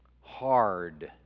hard